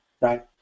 right